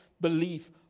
belief